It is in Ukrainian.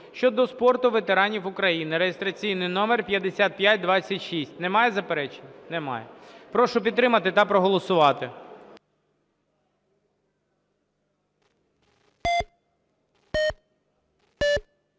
щодо спорту ветеранів України (реєстраційний номер 5526). Немає заперечень? Немає. Прошу підтримати та проголосувати.